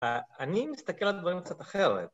‫אני מסתכל על דברים קצת אחרות.